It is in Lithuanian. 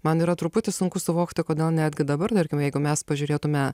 man yra truputį sunku suvokti kodėl netgi dabar tarkim jeigu mes pažiūrėtume